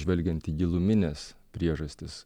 žvelgiant į gilumines priežastis